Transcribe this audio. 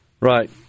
right